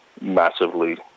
massively